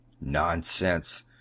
Nonsense